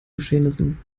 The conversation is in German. geschehnissen